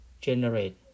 generate